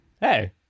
Hey